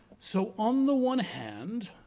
so, on the one hand,